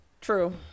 true